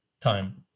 time